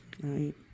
right